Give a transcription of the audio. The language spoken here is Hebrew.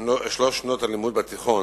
שלוש שנות הלימוד בתיכון,